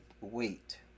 wait